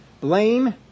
blame